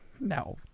No